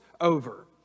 over